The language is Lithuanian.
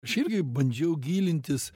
aš irgi bandžiau gilintis